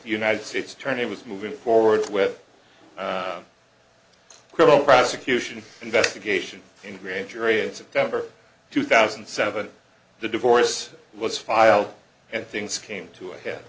united states attorney was moving forward with criminal prosecution investigation and grand jury in september two thousand and seven the divorce was filed and things came to a head